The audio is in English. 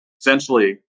essentially